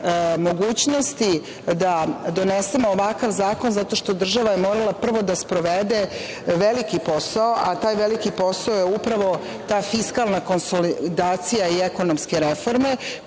da donesemo ovakav zakon, zato što je država morala prvo da sprovede veliki posao, a taj veliki posao je upravo ta fiskalna konsolidacija i ekonomske reforme